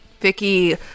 Vicky